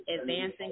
advancing